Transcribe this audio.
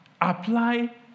apply